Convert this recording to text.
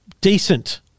decent